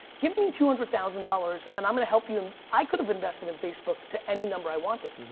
give me two hundred thousand dollars and i'm going to help you. and i could have invested in facebook to any number i wanted.